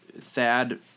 Thad